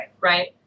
Right